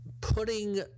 putting